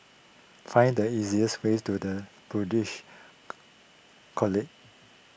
find the easiest way to the Buddhist College